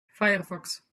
firefox